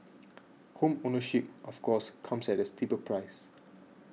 home ownership of course comes at a steeper price